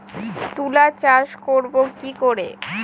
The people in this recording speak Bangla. তুলা চাষ করব কি করে?